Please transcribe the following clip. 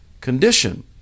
condition